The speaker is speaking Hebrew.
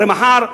הרי מחר,